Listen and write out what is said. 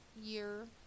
year